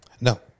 No